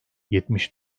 yetmiş